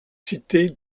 citer